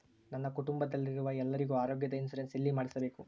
ನನ್ನ ಕುಟುಂಬದಲ್ಲಿರುವ ಎಲ್ಲರಿಗೂ ಆರೋಗ್ಯದ ಇನ್ಶೂರೆನ್ಸ್ ಎಲ್ಲಿ ಮಾಡಿಸಬೇಕು?